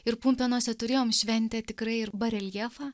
ir pumpėnuose turėjom šventę tikrai ir bareljefą